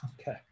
Okay